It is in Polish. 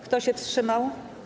Kto się wstrzymał?